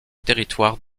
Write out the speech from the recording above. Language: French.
territoire